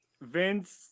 Vince